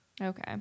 Okay